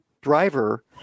driver